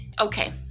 okay